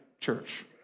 church